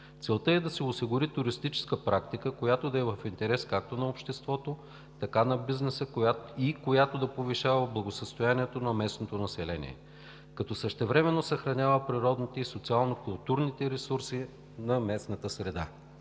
Целта е да се осигури туристическа практика, която да е в интерес както на обществото, така и на бизнеса, и която да повишава благосъстоянието на местното население, като същевременно съхранява природните и социално-културните ресурси на местната среда.